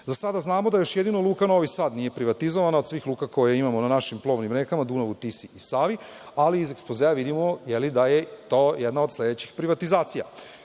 Za sada znamo da još jedino Luka Novi Sad nije privatizovana od svih luka koje imamo na našim plovnim rekama, Dunavu, Tisi, Savi, ali iz ekspozea vidimo da je to jedna od sledećih privatizacija. Spomenuto